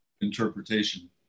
interpretation